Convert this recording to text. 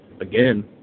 Again